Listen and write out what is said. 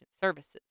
services